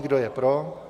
Kdo je pro?